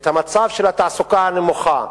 מצב התעסוקה הנמוכה,